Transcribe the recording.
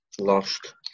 lost